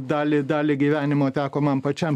dalį dalį gyvenimo teko man pačiam